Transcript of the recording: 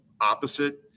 opposite